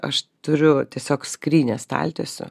aš turiu tiesiog skrynią staltiesių